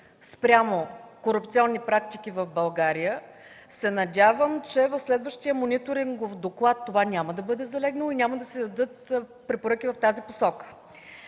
спрямо корупционни практики в България, надявам се, че в следващия мониторингов доклад това няма да бъде залегнало и няма да се дадат препоръки в тази посока.